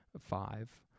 five